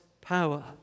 power